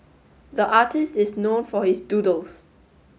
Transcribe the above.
the artist is known for his doodles